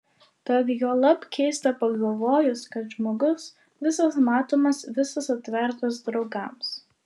tad juolab keista pagalvojus kad žmogus visas matomas visas atvertas draugams